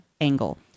angle